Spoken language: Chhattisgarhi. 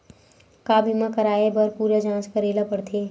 का बीमा कराए बर पूरा जांच करेला पड़थे?